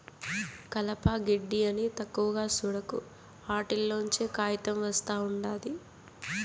కలప, గెడ్డి అని తక్కువగా సూడకు, ఆటిల్లోంచే కాయితం ఒస్తా ఉండాది